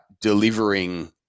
delivering